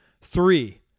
Three